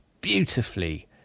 beautifully